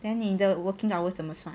then 你的 working hours 怎么算